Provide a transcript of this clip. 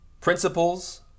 principles